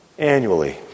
annually